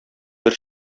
бер